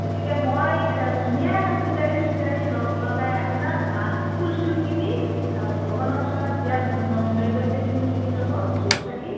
গতিকে মই ধুনীয়াকৈ পূজাৰী চুজাৰী লগ লগাই আপোনাক মা ফুল চুল কিনি ভগৱানৰ ওচৰত দিয়া ন নৈবদ্যখিনি কিনি ল'ব ধূপ চাকি